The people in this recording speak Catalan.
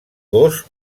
gos